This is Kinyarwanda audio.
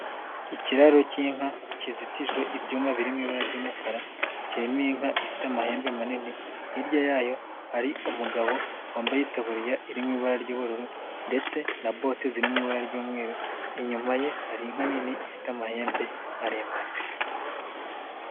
Ikiraro k'inka kizitijwe ibyuma biri mu ibara ry'umukara kirimo inka ifite amahembe manini, hirya yayo hari umugabo wambaye itaburiya iri mu ibara ry'ubururu ndetse na bote ziri mu ibara ry'umweru, inyuma ye hari inka nini ifite amahembe maremare.